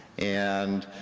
and